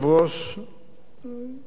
כנסת נכבדה,